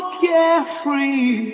carefree